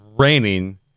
raining